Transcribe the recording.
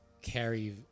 carry